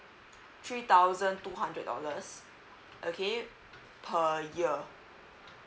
three thousand two hundred dollars okay per year